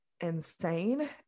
insane